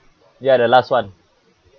ya the last one